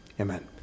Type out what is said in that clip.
Amen